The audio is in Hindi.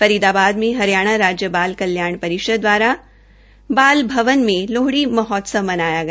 फरीदाबाद मे हरियाणा राज्य बाल कल्याण परिष्द दवारा बाल भवन में लोहड़ी महोत्सव मनाया गया